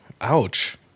Ouch